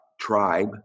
tribe